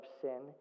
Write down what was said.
sin